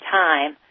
time